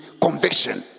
conviction